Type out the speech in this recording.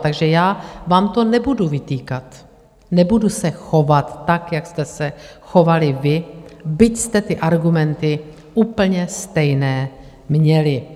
Takže já vám to nebudu vytýkat, nebudu se chovat tak, jak jste se chovali vy, byť jste ty argumenty úplně stejné měli.